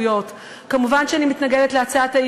אפשר לשנות סדרי עדיפויות.